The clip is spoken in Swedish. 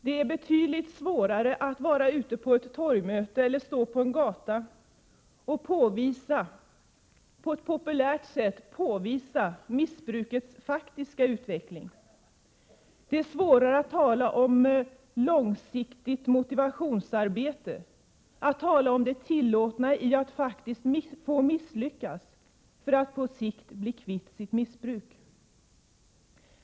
Det är betydligt svårare att på ett torgmöte eller ute på en gata på ett populärt sätt påvisa missbrukets faktiska utveckling. Det är svårare att tala om ett långsiktigt motivationsarbete, om det tillåtna i att någon misslyckas för att på sikt bli kvitt sitt missbruk.